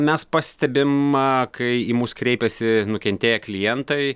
mes pastebim a kai į mus kreipiasi nukentėję klientai